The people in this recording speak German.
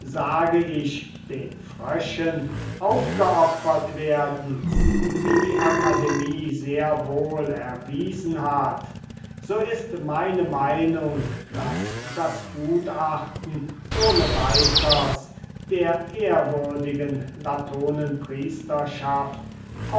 sage ich den fröschen aufgeopfert werden wie die akademie sehr wohl erwiesen hat so ist meine meinung daß das gutachten ohne weiters der ehrwürdigen